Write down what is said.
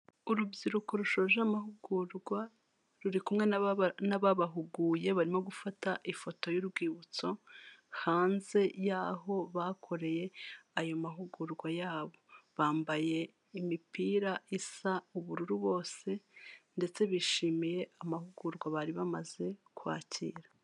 Urubyiruko rushoje amahugurwa ruri kumwe n'ababahuguye barimo gufata ifoto y'urwibutso hanze y'aho bakoreye ayo mahugurwa yabo, bambaye imipira isa ubururu bose ndetse bishimiye amahugurwa bari bamaze kwakira.